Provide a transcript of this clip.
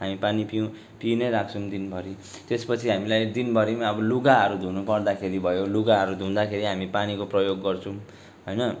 हामी पानी पि पिउने राख्छौँ दिनभरि त्यसपछि हामीलाई दिनभरिमा अब लुगाहरू धुनुपर्दाखेरि भयो लुगाहरू धुँदाखेरि हामी पानीको प्रयोग गर्छौँ होइन